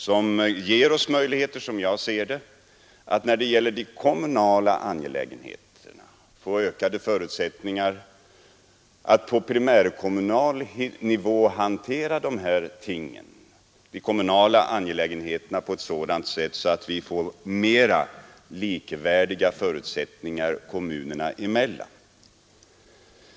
Den ger oss, anser jag, ökade möjligheter att på primärkommunal nivå hantera de kommunala angelägenheterna på ett sådant sätt att vi får mera likvärdiga förutsättningar kommunerna emellan.